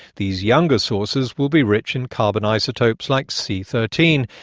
these younger sources will be rich in carbon isotopes like c thirteen,